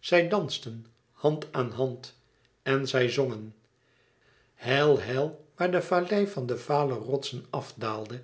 zij dansten hand aan hand en zij zongen heil heil waar de vallei van de vale rotsen àf daalde